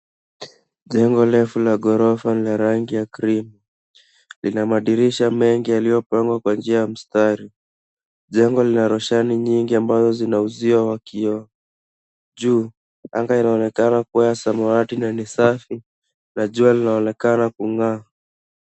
Jengo refu la ghorofa lina rangi ya cream . Lina madirisha mengi yaliyopangwa kwa njia ya mstari. Jengo lina roshani nyingi ambazo zina uzio wa kioo. Juu anga inaonekana kuwa ya samawati na ni safi, na jua linaonekana kung'aa.